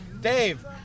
Dave